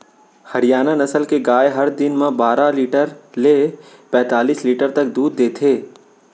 हरियाना नसल के गाय हर दिन म बारा लीटर ले पैतालिस लीटर तक दूद देथे